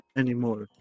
anymore